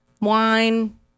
wine